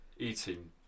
Eating